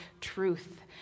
truth